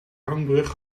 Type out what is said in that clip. hangbrug